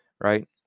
right